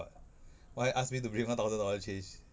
why ask me to bring one thousand dollar change